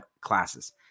classes